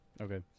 Okay